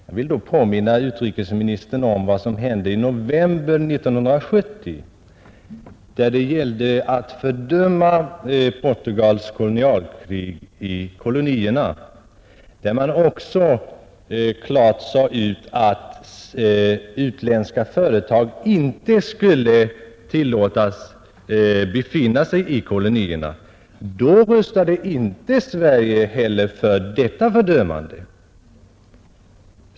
Jag vill då påminna utrikesministern om vad som hände i november 1970, när det gällde att fördöma Portugals krig i kolonierna och klart säga ut att utländska företag inte skulle tillåtas befinna sig där. Då röstade inte Sverige heller för detta fördömande.